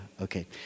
okay